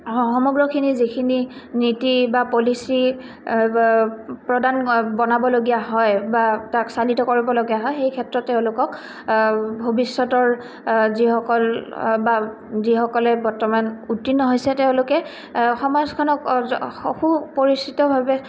সমগ্ৰখিনি যিখিনি নীতি বা পলিচি প্ৰদান বনাবলগীয়া হয় বা তাক চালিত কৰিবলগীয়া হয় সেই ক্ষেত্ৰত তেওঁলোকক ভৱিষ্যতৰ যিসকল বা যিসকলে বৰ্তমান উত্তীৰ্ণ হৈছে তেওঁলোকে সমাজখনক সু পৰিচিতভাৱে